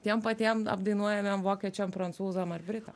tiem patiem apdainuojamiem vokiečiam prancūzam ar britam